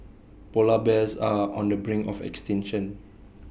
Polar Bears are on the brink of extinction